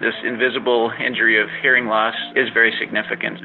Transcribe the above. this invisible injury of hearing loss is very significant.